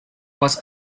was